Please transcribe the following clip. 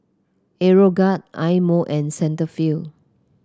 Aeroguard Eye Mo and Cetaphil